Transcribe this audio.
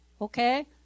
Okay